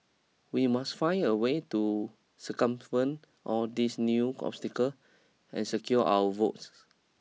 we must find a way to circumvent all these new obstacle and secure our votes